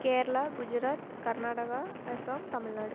Kerala Gujarat Karnataka Assam Tamil Nadu